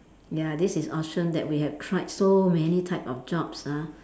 ya this is awesome that we have tried so many type of jobs ah